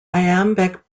iambic